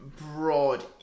Broad